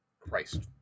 Christ